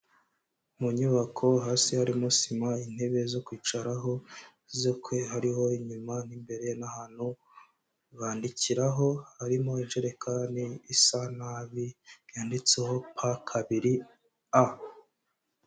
Mu nyubako hasi harimo sima, intebe zo kwicaraho, zo kwe hariho inyuma, imbere n'ahantu bandikiraho, harimo ijerekani isa nabi yanditseho a kabiri a.